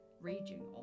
raging